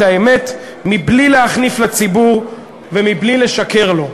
האמת מבלי להחניף לציבור ומבלי לשקר לו.